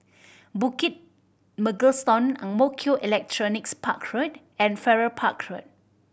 Bukit Mugliston Ang Mo Kio Electronics Park Road and Farrer Park Road